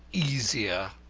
easier!